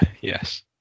yes